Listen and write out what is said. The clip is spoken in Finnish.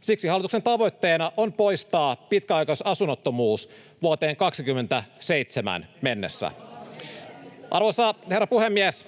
Siksi hallituksen tavoitteena on poistaa pitkäaikaisasunnottomuus vuoteen 27 mennessä. [Naurua vasemmalta] Arvoisa puhemies!